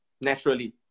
naturally